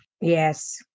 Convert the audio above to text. yes